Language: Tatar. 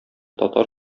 татар